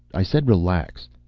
i said relax!